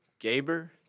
Gaber